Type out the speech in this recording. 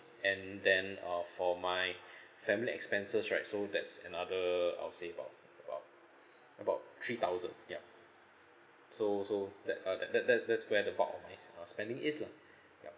and then uh for my family expenses right so that's another I'll say about about about three thousand ya so so that uh that that that that's where the bulk of my s~ uh spending is lah yup